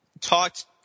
talked